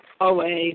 OA